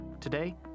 Today